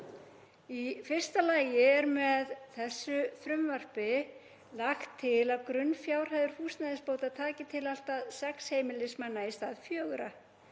Í fyrsta lagi er með þessu frumvarpi lagt til að grunnfjárhæðir húsnæðisbóta taki til allt að sex heimilismanna í stað fjögurra.